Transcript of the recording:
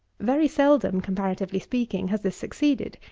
very seldom, comparatively speaking, has this succeeded,